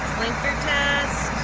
blinker test.